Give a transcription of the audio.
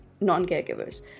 non-caregivers